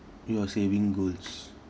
your saving goals